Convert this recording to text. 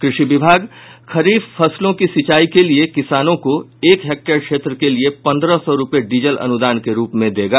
कृषि विभाग खरीफ फसलों की सिंचाई के लिये किसानों को एक हेक्टेयर क्षेत्र के लिये पंद्रह सौ रूपये डीजल अनुदान के रूप में देगा